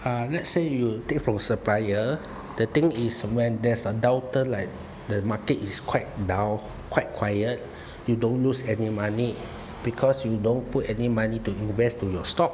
um let's say you take from supplier the thing is when there's a downturn like the market is quite now quite quiet you don't lose any money because you don't put any money to invest to your stock